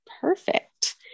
Perfect